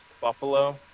Buffalo